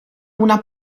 una